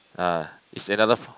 ah it's another